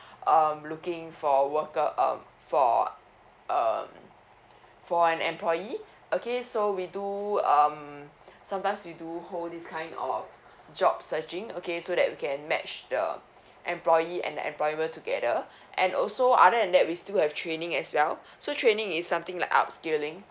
um looking for worker um for uh for an employee okay so we do um sometimes we do hold this kind of job searching okay so that we can match the employee and the employer together and also other than that we still have training as well so training is something like upskilling